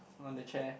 on the chair